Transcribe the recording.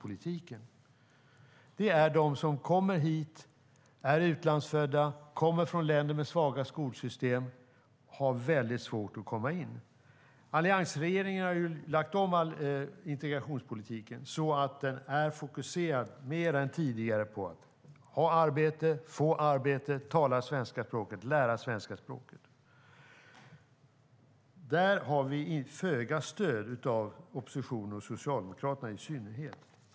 De utlandsfödda som kommer hit, och som kommer från länder med svaga skolsystem, har mycket svårt att komma i arbete. Därför har alliansregeringen lagt om integrationspolitiken så att den mer än tidigare är fokuserad på att få arbete, ha arbete, lära sig svenska språket, tala svenska språket. Där har vi föga stöd från oppositionen i allmänhet och från Socialdemokraterna i synnerhet.